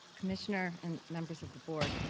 commissioner, and members of the board.